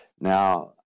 now